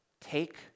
take